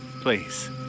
Please